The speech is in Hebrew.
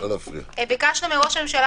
עת הייתי שרת המשפטים ביקשנו מראש הממשלה